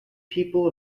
people